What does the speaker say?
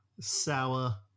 sour